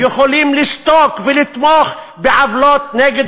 יכולים לשתוק ולתמוך בעוולות נגד